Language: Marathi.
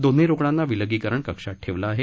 दोन्ही रुग्णांना विलगीकरण कक्षात ठेवलं आहे